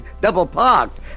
double-parked